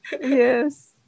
Yes